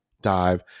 dive